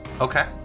Okay